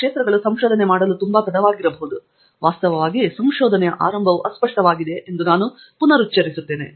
ತಂಗಿರಾಲ ನಾನು ಅದನ್ನು ಸೇರಿಸಲು ಬಯಸುತ್ತೇನೆ ವಾಸ್ತವವಾಗಿ ಸಂಶೋಧನೆಯ ಆರಂಭವು ಅಸ್ಪಷ್ಟವಾಗಿದೆ ಎಂದು ಆಂಡ್ರ್ಯೂ ಹೇಳುವುದನ್ನು ನಾನು ಪುನರುಚ್ಚರಿಸುತ್ತೇನೆ